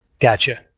Gotcha